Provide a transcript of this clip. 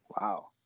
Wow